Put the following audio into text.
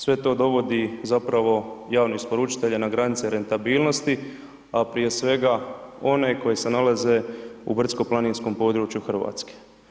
Sve to dovodi zapravo javnih isporučitelja na granice rentabilnosti, a prije svega one koji se nalaze u brdsko planinskom području RH.